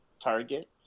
target